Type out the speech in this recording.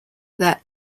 that